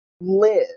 live